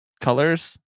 colors